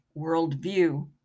worldview